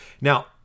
Now